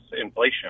inflation